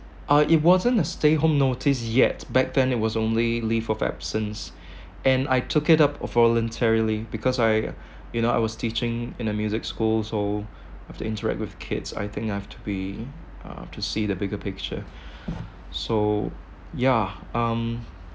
uh it wasn't a stay home notice yet back then it was only leave of absence and I took it up voluntarily because I you know I was teaching in a music school so I have to interact with kids I think I have to be uh to see the bigger picture so yeah um